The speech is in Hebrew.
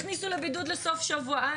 אני